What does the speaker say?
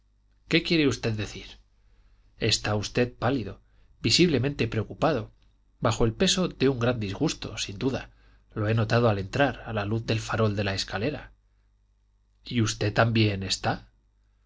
qué quiere usted decir está usted pálido visiblemente preocupado bajo el peso de un gran disgusto sin duda lo he notado al entrar a la luz del farol de la escalera y usted también está